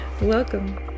Welcome